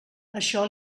això